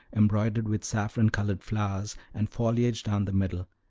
embroidered with saffron-colored flowers and foliage down the middle,